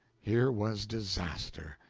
here was disaster,